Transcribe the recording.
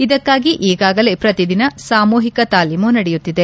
ಇದಕ್ಕಾಗಿ ಈಗಾಗಲೇ ಪ್ರತಿದಿನ ಸಾಮೂಹಿಕ ತಾಲೀಮು ನಡೆಯುತ್ತಿದೆ